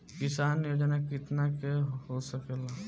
किसान योजना कितना के हो सकेला?